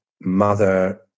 mother